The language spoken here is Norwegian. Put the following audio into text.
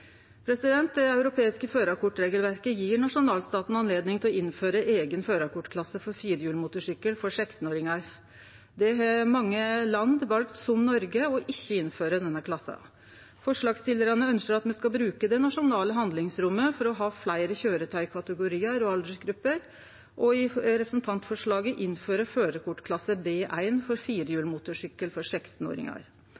Det europeiske førarkortregelverket gjev nasjonalstaten anledning til å innføre eigen førarkortklasse for firehjulsmotorsykkel for 16-åringar. Mange land, som Noreg, har valt ikkje å innføre denne klassen. Forslagsstillarane ønskjer at me skal bruke det nasjonale handlingsrommet for å ha fleire køyretøykategoriar og aldersgrupper, og føreslår i representantforslaget å innføre førarkortklasse B1 for firehjulsmotorsykkel for